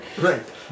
Right